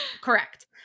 correct